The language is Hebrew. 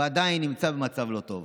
ועדיין נמצא במצב לא טוב.